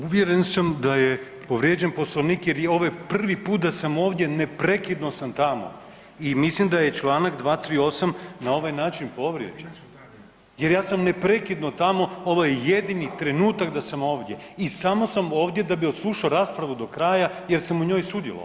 Uvjeren sam da je povrijeđen Poslovnik jer je ovo put da sam ovdje, neprekidno sam tamo i mislim da je čl. 238. na ovaj način povrijeđen jer ja sam neprekidno tamo, ovo je jedini trenutak da sam ovdje i samo sam ovdje da bi odslušao raspravu do kraja jer sam u njemu sudjelovao.